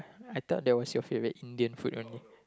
I thought that was your favourite Indian food only